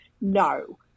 No